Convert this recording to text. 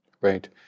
Right